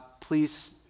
please